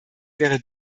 wäre